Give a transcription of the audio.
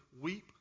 weep